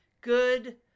good